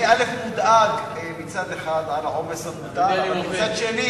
אני מודאג מצד אחד מהעומס המוטל, אבל מצד שני